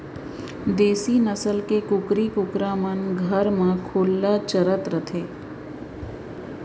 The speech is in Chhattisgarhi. देसी नसल के कुकरी कुकरा मन घर म खुल्ला चरत रथें